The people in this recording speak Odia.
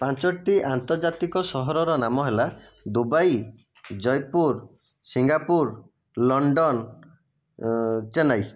ପାଞ୍ଚଟି ଆନ୍ତର୍ଜାତିକ ସହରର ନାମ ହେଲା Dubai Jaipur Singapore London Chennai